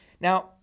Now